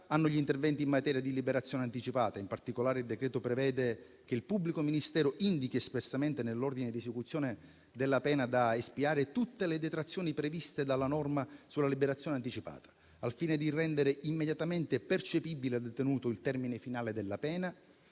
hanno gli interventi in materia di liberazione anticipata. In particolare, il decreto-legge prevede che il pubblico ministero indichi espressamente, nell'ordine di esecuzione della pena da espiare, tutte le detrazioni previste dalla norma sulla liberazione anticipata, al fine di rendere immediatamente percepibile al detenuto il termine finale della pena,